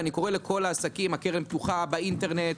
ואני קורא לכל העסקים - הקרן פתוחה באינטרנט.